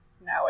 now